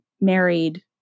married